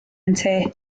ynte